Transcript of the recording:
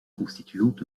constituant